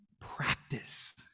practice